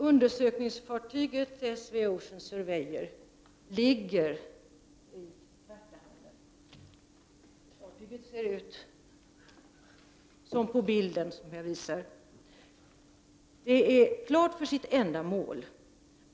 Undersökningsfartyget Ocean Surveyor ligger i Värtahamnen och är klart för sitt ändamål.